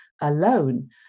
Alone